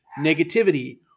negativity